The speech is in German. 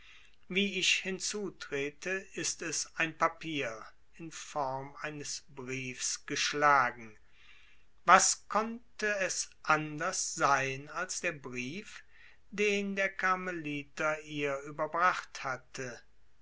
wie ich hinzutrete ist es ein papier in form eines briefs geschlagen was konnte es anders sein als der brief den der karmeliter ihr überbracht hatte